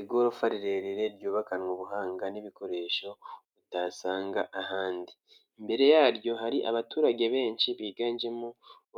Igorofa rirerire ryubakanywe ubuhanga n'ibikoresho utasanga ahandi, imbere yaryo hari abaturage benshi biganjemo